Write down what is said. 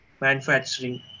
manufacturing